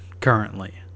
currently